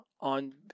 on